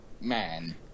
man